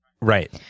Right